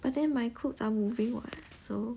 but then my clothes are moving [what] so